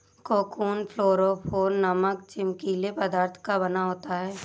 cocoon fluorophore नामक चमकीले पदार्थ का बना होता है